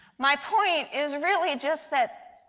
my point is really just that,